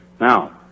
Now